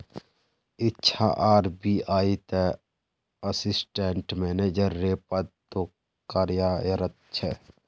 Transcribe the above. इच्छा आर.बी.आई त assistant manager रे पद तो कार्यरत छे